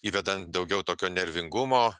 įvedant daugiau tokio nervingumo